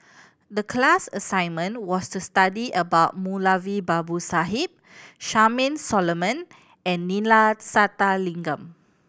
the class assignment was to study about Moulavi Babu Sahib Charmaine Solomon and Neila Sathyalingam